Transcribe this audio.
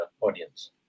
audience